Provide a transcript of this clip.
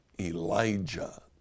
Elijah